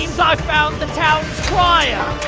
found the towns crier